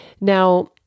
Now